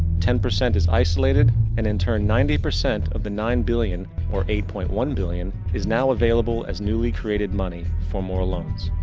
ten percent is isolated and in turn ninety percent of the nine billion, or eight point one billion is now availlable as newly created money for more loans.